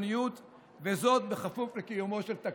השוויוניות, בכפוף לקיומו של תקציב.